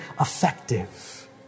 effective